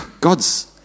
God's